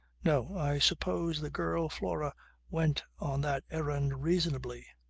no. i suppose the girl flora went on that errand reasonably.